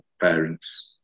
parents